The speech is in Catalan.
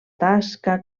tasca